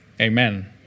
Amen